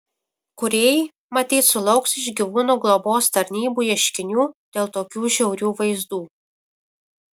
kūrėjai matyt sulauks iš gyvūnų globos tarnybų ieškinių dėl tokių žiaurių vaizdų